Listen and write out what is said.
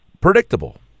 predictable